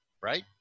right